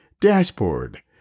Dashboard